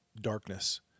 darkness